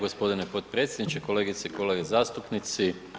Gospodine potpredsjedniče, kolegice i kolege zastupnici.